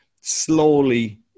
slowly